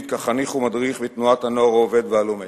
כחניך ומדריך בתנועת הנוער העובד והלומד.